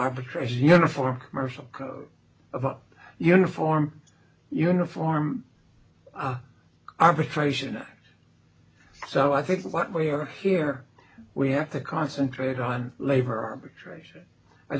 arbitration uniform commercial code of uniform uniform arbitration so i think what we are here we have to concentrate on labor arbitration i